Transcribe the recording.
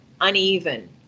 uneven